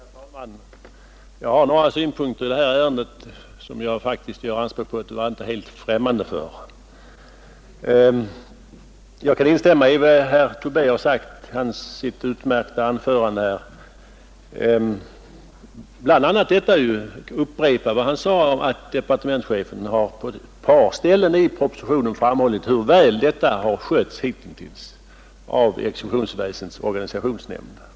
Herr talman! Jag har några synpunkter i detta ärende, som jag faktiskt vill göra anspråk på att inte vara helt främmande för. Jag kan instämma i vad herr Tobé har sagt i sitt utmärkta anförande; bl.a. kan jag upprepa vad han sade om att departementschefen på ett par ställen i propositionen har framhållit hur väl dessa ärenden hittills har skötts av exekutionsväsendets organisationsnämnd.